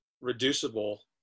reducible